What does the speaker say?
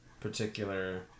particular